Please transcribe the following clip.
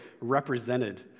represented